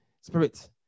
spirit